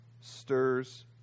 stirs